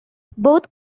both